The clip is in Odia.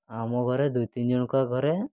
ଆମ ଘରେ ଦୁଇ ତିନି ଜଣଙ୍କ ଘରେ